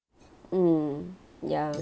mm ya